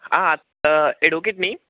आं एडवोकेट न्ही